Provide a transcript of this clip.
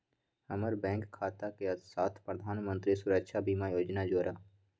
हम्मर बैंक खाता के साथ प्रधानमंत्री सुरक्षा बीमा योजना जोड़ा